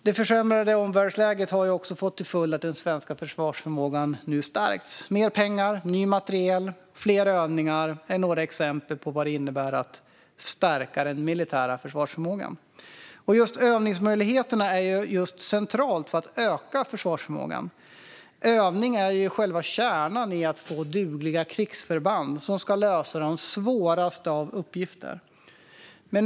Det försämrade omvärldsläget har också fått till följd att den svenska militära försvarsförmågan nu stärks med bland annat mer pengar, ny materiel och fler övningar. Just övningsmöjligheten är central för att öka försvarsförmågan. Övning är själva kärnan i att få dugliga krigsförband som ska lösa de svåraste av uppgifter.